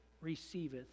receiveth